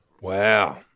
Wow